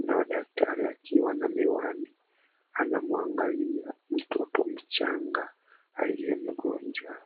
nao daktari akiwa na miwani anamwangalia mtoto mchanga aliye mgonjwa.